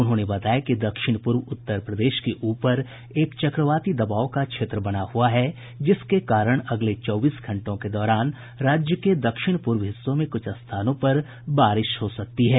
उन्होंने बताया कि दक्षिण पूर्व उत्तर प्रदेश के ऊपर एक चक्रवाती दबाव का क्षेत्र बना हुआ है जिसके कारण अगले चौबीस घंटों के दौरान राज्य के दक्षिण पूर्व हिस्सों में कुछ स्थानों पर बारिश हो सकती है